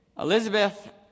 Elizabeth